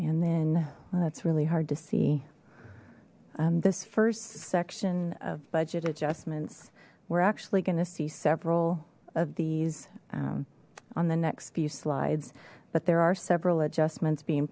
and then well that's really hard to see this first section of budget adjustments we're actually going to see several of these on the next few slides but there are several adjustments being